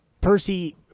Percy